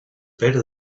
better